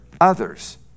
others